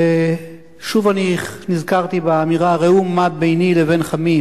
ושוב נזכרתי באמירה: ראו מה ביני לבין חמי,